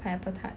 pineapple tarts